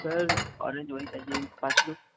sir orange वही चाहिए पाँच किलो